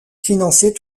financer